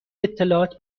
اطلاعات